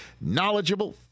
knowledgeable